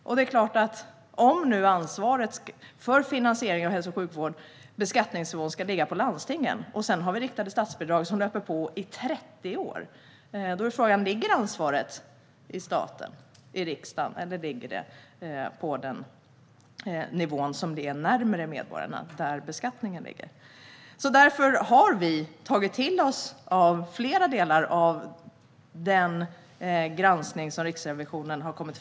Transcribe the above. Om ansvaret och beskattningsnivån för finansiering av hälso och sjukvård ska ligga på landstingen och vi sedan har riktade statsbidrag som löper på i 30 år är det klart att frågan är om ansvaret ligger hos staten - riksdagen - eller på den nivå som är närmare medborgarna, där beskattningen sker. Vi har därför tagit till oss flera delar av den granskning som Riksrevisionen har gjort.